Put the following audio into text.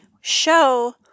show